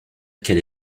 qu’elle